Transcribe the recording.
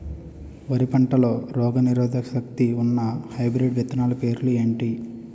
వరి పంటలో రోగనిరోదక శక్తి ఉన్న హైబ్రిడ్ విత్తనాలు పేర్లు ఏంటి?